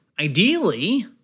ideally